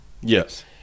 Yes